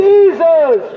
Jesus